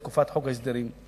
בתקופת חוק ההסדרים.